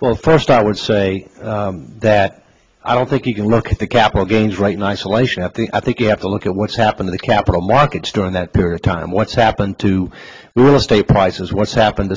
well first i would say that i don't think you can look at the capital gains right now isolation i think i think you have to look at what's happened in the capital markets during that period of time what's happened to the real estate prices what's happened